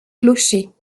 clochers